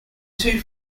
two